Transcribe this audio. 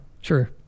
Sure